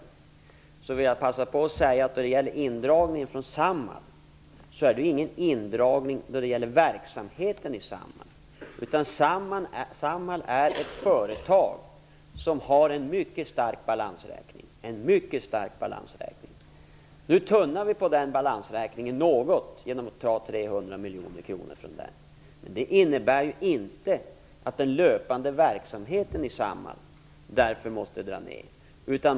Jag vill då passa på att säga att när det gäller indragningen från Samhall, rör det sig inte om någon indragning av verksamheten. Samhall är ett företag som har en mycket stark balansräkning. Nu tummar vi något på denna balansräkning genom att ta 300 miljoner kronor från den. Men det innebär ju inte att den löpande verksamheten i Samhall måste dras ner.